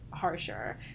harsher